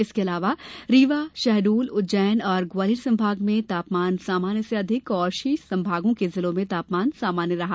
इसक अलावा रीवा शहडोल उज्जैन और ग्वालियर संभाग में तापमान सामान्य से अधिक तथा शेष संभागों के जिलों में तापमान सामान्य रहा